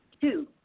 Two